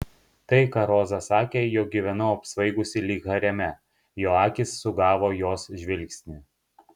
tai ką roza sakė jog gyvenau apsvaigusi lyg hareme jo akys sugavo jos žvilgsnį